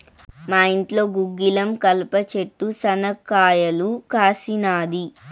మా ఇంట్లో గుగ్గిలం కలప చెట్టు శనా కాయలు కాసినాది